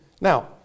Now